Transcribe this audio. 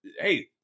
hey